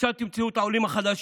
שם תמצאו את העולים החדשים,